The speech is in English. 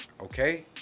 okay